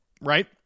right